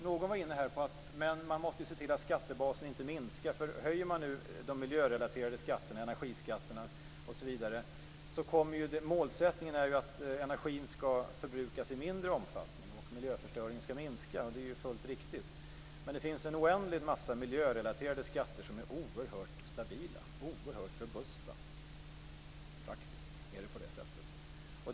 Någon var inne på att man måste se till att skattebasen inte minskar om man höjer de miljörelaterade skatterna, energiskatterna osv. Målsättningen är ju att energin skall förbrukas i mindre omfattning och att miljöförstöringen skall minska. Det är ju fullt riktigt. Men det finns en oändlig massa miljörelaterade skatter som är oerhört stabila och robusta. Det är faktiskt på det sättet.